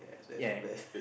ya right